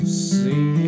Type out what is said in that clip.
see